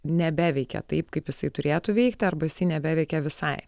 nebeveikia taip kaip jisai turėtų veikti arba jisai nebeveikia visai